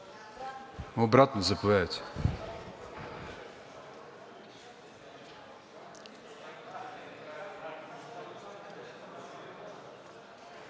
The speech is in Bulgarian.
Обратно – заповядайте.